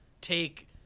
take